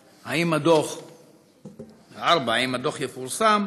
4. האם הדוח יפורסם?